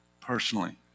personally